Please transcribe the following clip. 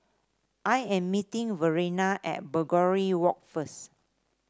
I am meeting Verena at Begonia Walk first